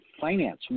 finance